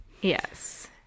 Yes